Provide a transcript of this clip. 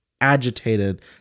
agitated